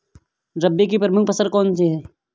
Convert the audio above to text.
रबी की प्रमुख फसल कौन सी है?